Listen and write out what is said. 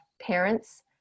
parents